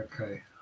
okay